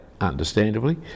understandably